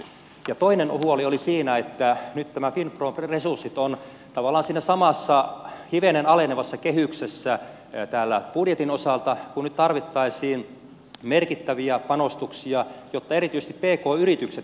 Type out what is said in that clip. ja toiseksi huoli oli siinä että nyt nämä finpron resurssit ovat tavallaan siinä samassa hivenen alenevassa kehyksessä täällä budjetin osalta kun nyt tarvittaisiin merkittäviä panostuksia jotta erityisesti pk yritykset pääsisivät markkinoille